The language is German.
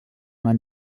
man